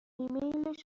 ایمیل